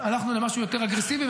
הלכנו למשהו יותר אגרסיבי,